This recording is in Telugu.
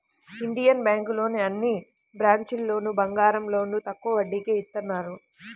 ఇండియన్ బ్యేంకులోని అన్ని బ్రాంచీల్లోనూ బంగారం లోన్లు తక్కువ వడ్డీకే ఇత్తన్నారు